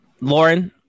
Lauren